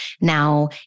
Now